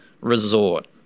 resort